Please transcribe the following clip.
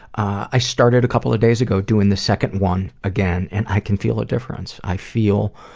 i started a couple of days ago, doing the second one again, and i can feel a difference. i feel,